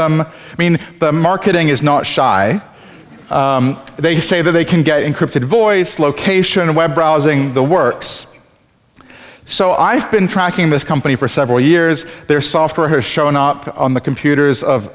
them i mean marketing is not shy they say that they can get encrypted voice location web browsing the works so i've been tracking this company for several years their software has shown up on the computers of